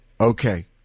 okay